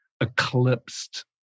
eclipsed